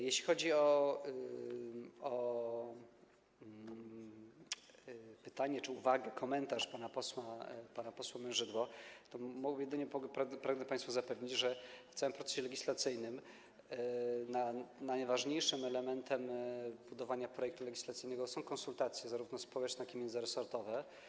Jeśli chodzi o pytanie czy uwagę, komentarz pana posła Mężydły, to pragnę państwa zapewnić, że w całym procesie legislacyjnym najważniejszym elementem budowania projektu legislacyjnego są konsultacje, zarówno społeczne jak i międzyresortowe.